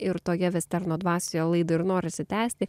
ir tokia vesterno dvasioje laida ir norisi tęsti